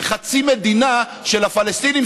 וחצי מדינה של הפלסטינים,